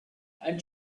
and